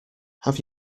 have